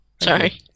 Sorry